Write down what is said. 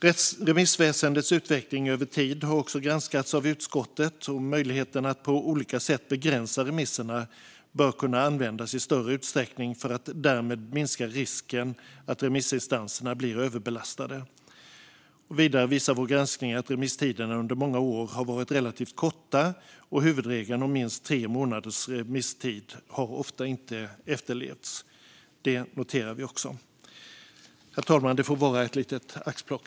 Remissväsendets utveckling över tid har också granskats av utskottet, och möjligheten att på olika sätt begränsa remisserna bör kunna användas i större utsträckning för att därmed minska risken att remissinstanserna blir överbelastade. Vidare visar vår granskning att remisstiderna under många år har varit relativt korta. Huvudregeln om minst tre månaders remisstid har ofta inte efterlevts. Detta noterar vi. Herr talman! Detta får vara ett litet axplock.